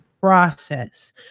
process